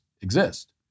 exist